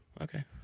Okay